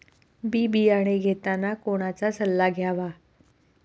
बी बियाणे घेताना कोणाचा सल्ला घ्यावा?